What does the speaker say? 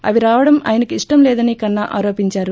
అవి రావడం ఆయనకు ఇష్టం లేదని కన్నా ఆరోపించారు